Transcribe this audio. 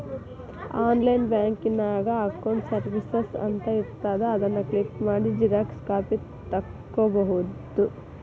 online ಬ್ಯಾಂಕಿನ್ಯಾಗ accounts services ಅಂತ ಇರ್ತಾದ ಅದನ್ ಕ್ಲಿಕ್ ಮಾಡಿ ಝೆರೊಕ್ಸಾ ಕಾಪಿ ತೊಕ್ಕೊಬೋದು